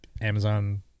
Amazon